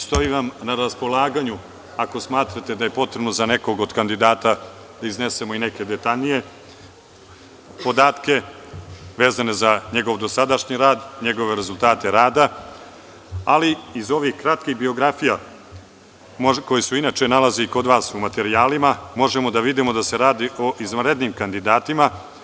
Stojimo vam na raspolaganju, ako smatrate da je potrebno za nekog od kandidata da iznesemo i neke detaljnije podatke vezane za njegov dosadašnji rad, njegove rezultate rada, ali iz ovih kratkih biografija, koje se inače nalaze i kod vas u materijalima, možemo da vidimo da se radi o izvanrednim kandidatima.